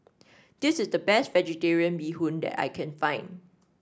this is the best vegetarian Bee Hoon that I can find